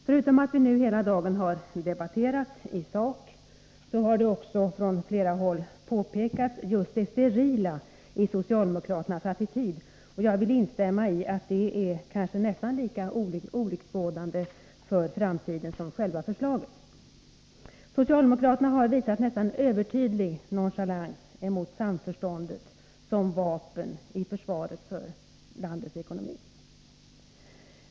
Förutom att vi nu hela dagen har debatterat förslaget i sak har det från flera håll påpekats just det sterila i socialdemokraternas attityd, och jag vill instämma i att det var nästan lika olycksbådande för framtiden som själva förslaget. Socialdemokraterna har visat nästan övertydlig nonchalans mot samförståndet som vapen i försvaret för landets ekonomi.